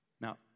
Now